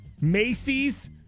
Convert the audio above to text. Macy's